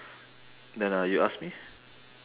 then uh you ask me